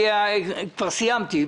אני כבר סיימתי.